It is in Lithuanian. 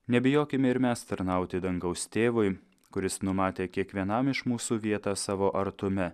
nebijokime ir mes tarnauti dangaus tėvui kuris numatė kiekvienam iš mūsų vietą savo artume